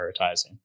prioritizing